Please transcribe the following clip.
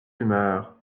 humeur